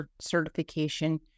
certification